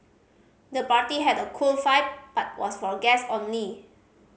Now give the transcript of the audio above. the party had a cool vibe but was for guest only